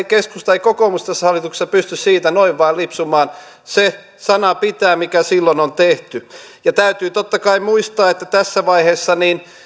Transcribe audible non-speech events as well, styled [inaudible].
[unintelligible] keskusta ei kokoomus tässä hallituksessa pysty siitä noin vain lipsumaan se sana pitää mikä silloin on tehty täytyy totta kai muistaa että tässä vaiheessa